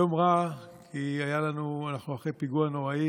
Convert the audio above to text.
יום רע, כי אנחנו אחרי פיגוע נורא,